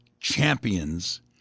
champions